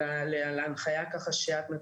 גם שם